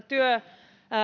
työ